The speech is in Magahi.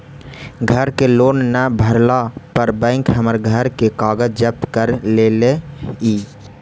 घर के लोन न भरला पर बैंक हमर घर के कागज जब्त कर लेलई